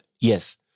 Yes